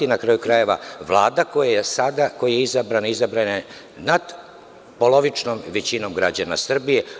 Na kraju krajeva, Vlada koja je izabrana, izabrana je natpolovičnom većinom građana Srbije.